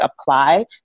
apply